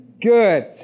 good